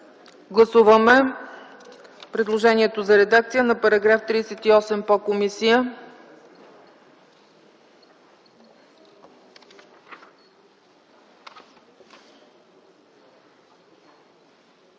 Гласуваме предложението за редакция на § 38 по комисия.